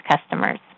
customers